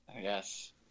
Yes